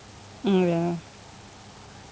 mm ya